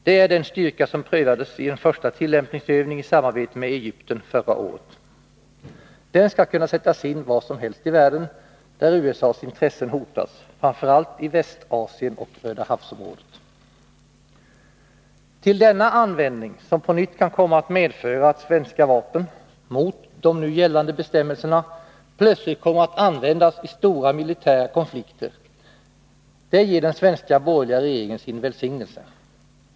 Det är den styrka som förra året prövades i en första tillämpningsövning i samarbete med Egypten. Den skall kunna sättas in var som helst i världen där USA:s intressen hotas, framför allt i Västasien och Rödahavsområdet. Åt detta, som på nytt kan komma att medföra att svenska vapen mot de nu gällande bestämmelserna plötsligt kommer att användas i stora militära konflikter, ger den svenska borgerliga regeringen sin välsignelse.